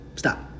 Stop